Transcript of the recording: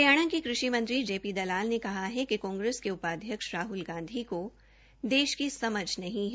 हरियाणा के कृषि मंत्री जेपी दलाल ने कहा है कि कांग्रेस के उपाध्यक्ष राहुल गांधी को देष की समझ नहीं है